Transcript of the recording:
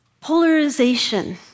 Polarization